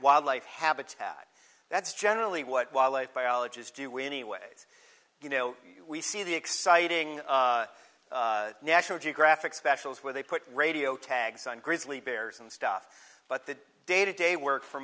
wildlife habitat that's generally what wildlife biologists do we anyways you know we see the exciting national geographic specials where they put radio tags on grizzly bears and stuff that day to day work for